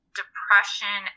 depression